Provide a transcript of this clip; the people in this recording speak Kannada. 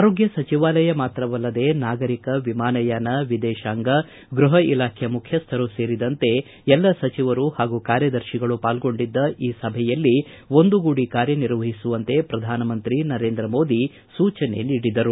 ಆರೋಗ್ಯ ಸಚಿವಾಲಯ ಮಾತ್ರವಲ್ಲದೆ ನಾಗರಿಕ ವಿಮಾನಯಾನ ವಿದೇಶಾಂಗ ಗೃಪ ಇಲಾಖೆ ಮುಖ್ಯಸ್ವರು ಸೇರಿದಂತೆ ಎಲ್ಲ ಸಚಿವರು ಹಾಗೂ ಕಾರ್ಯದರ್ಶಿಗಳು ಪಾಲ್ಗೊಂಡಿದ್ದ ಈ ಸಭೆಯಲ್ಲಿ ಒಂದು ಗೂಡಿ ಕಾರ್ಯನಿರ್ವಹಿಸುವಂತೆ ಪ್ರಧಾನಿ ನರೇಂದ್ರ ಮೋದಿ ಸೂಚನೆ ನೀಡಿದರು